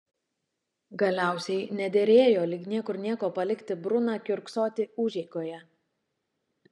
galiausiai nederėjo lyg niekur nieko palikti bruną kiurksoti užeigoje